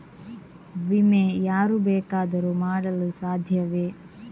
ವಿಮೆ ಯಾರು ಬೇಕಾದರೂ ಮಾಡಲು ಸಾಧ್ಯವೇ?